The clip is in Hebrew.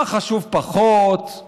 מה חשוב פחות,